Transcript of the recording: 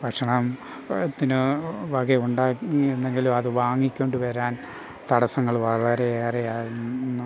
ഭക്ഷണത്തിന് വക ഉണ്ടാക്കി എന്നെങ്കിലും അത് വാങ്ങിക്കൊണ്ണ്ടു വരാൻ തടസ്സങ്ങൾ വളരെ ഏറെ ആയിരുന്നു